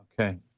Okay